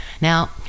Now